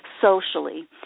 socially